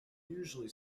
usually